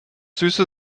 süße